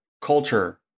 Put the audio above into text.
culture